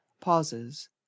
pauses